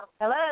Hello